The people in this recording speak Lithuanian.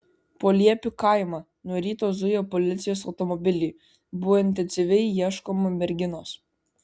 po liepių kaimą nuo ryto zujo policijos automobiliai buvo intensyviai ieškoma merginos